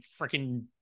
freaking